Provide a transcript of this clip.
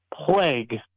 plague